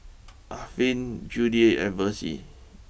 Affie Judyth and Versie